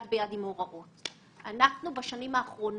אנחנו היינו מאוד מעורבים בוועדת שטרום,